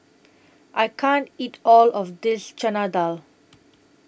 I can't eat All of This Chana Dal